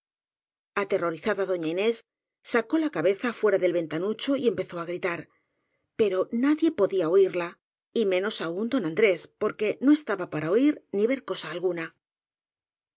aterrorizada doña inés sacó la cabeza fuera del ventanucho y empezó á gritar pero nadie podía oirla y menos aún don andrés que no estaba para oir ni ver cosa alguna